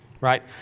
right